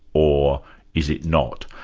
or is it not.